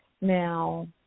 now